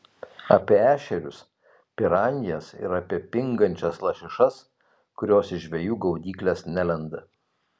apie ešerius piranijas ir apie pingančias lašišas kurios į žvejų gaudykles nelenda